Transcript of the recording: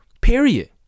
period